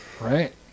Right